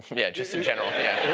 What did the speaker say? yeah, just in general, yeah.